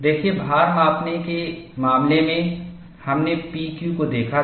देखिए भार माप के मामले में हमने P Q को देखा था